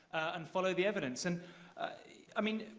and follow the evidence. and i mean,